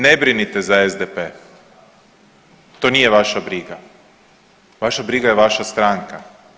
Ne brinite za SDP, to nije vaša briga, vaša briga je vaša stranka.